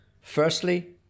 firstly